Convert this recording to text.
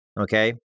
okay